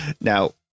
now